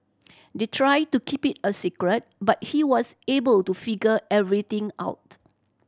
they tried to keep it a secret but he was able to figure everything out